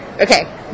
Okay